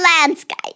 landscape